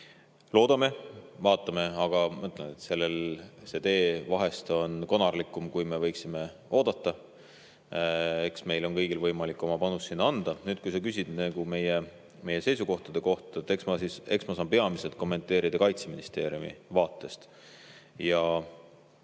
Loodame! Vaatame! Aga ma ütlen, et see tee vahel on konarlikum, kui me võiksime oodata. Eks meil on kõigil võimalik oma panus sinna anda. Nüüd, kui sa küsid meie seisukohtade kohta, siis eks ma saan peamiselt kommenteerida Kaitseministeeriumi vaatest.